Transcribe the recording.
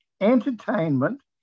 entertainment